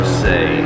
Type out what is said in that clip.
say